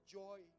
joy